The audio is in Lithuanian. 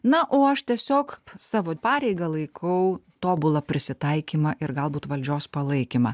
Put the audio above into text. na o aš tiesiog savo pareiga laikau tobulą prisitaikymą ir galbūt valdžios palaikymą